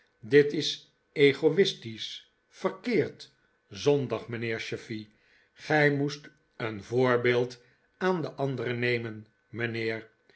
dit is egoistisch verkeerd zondig mijnheer chuffey gij moest een voorbeeld aan de anderen nemen mijnheer